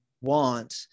want